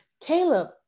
Caleb